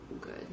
good